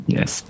Yes